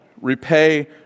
Repay